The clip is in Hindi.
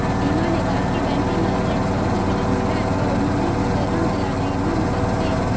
सीमा ने कहा कि बैंकिंग एजेंट बहुत विनम्र हैं और उन्होंने उसे ऋण दिलाने में मदद की